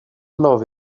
love